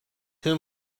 whom